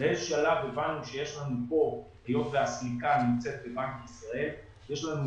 באיזשהו שלב הבנו שיש לנו כאן היות והסליקה נמצאת בבנק ישראל ....